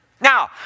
Now